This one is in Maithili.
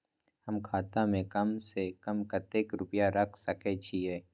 हम खाता में कम से कम कतेक रुपया रख सके छिए?